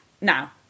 now